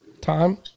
Time